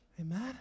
Amen